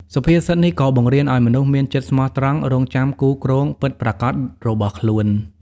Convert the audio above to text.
សុភាសិតនេះក៏បង្រៀនឱ្យមនុស្សមានចិត្តស្មោះត្រង់ រង់ចាំគូគ្រងពិតប្រាកដរបស់ខ្លួន។